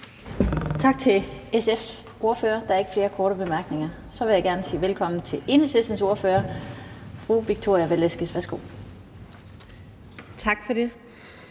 Tak til SF's ordfører. Der er ikke flere korte bemærkninger. Så vil jeg gerne sige velkommen til Enhedslistens ordfører, fru Victoria Velasquez. Værsgo. Kl.